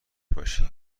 باشی